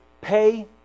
pay